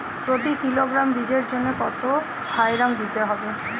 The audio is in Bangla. প্রতি কিলোগ্রাম বীজের জন্য কত থাইরাম দিতে হবে?